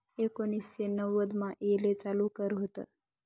एकोनिससे नव्वदमा येले चालू कर व्हत